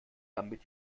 damit